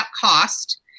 cost